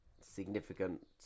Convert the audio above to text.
significant